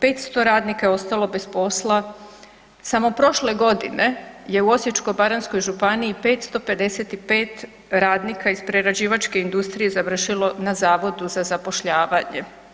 500 radnika je ostalo bez posla, samo prošle godine je u Osječko-baranjskoj županiji 555 radnika iz prerađivačke industrije završilo na zavodu za zapošljavanje.